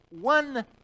one